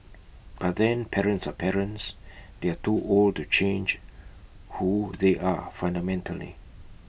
but then parents are parents they are too old to change who they are fundamentally